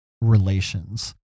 relations